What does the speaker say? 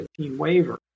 waiver